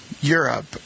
Europe